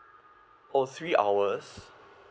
oh three hours